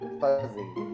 Fuzzy